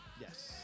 Yes